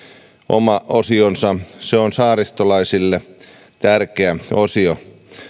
oma osionsa se on saaristolaisille tärkeä osio